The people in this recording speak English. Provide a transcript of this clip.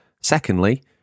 Secondly